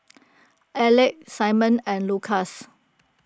Alek Simon and Lucas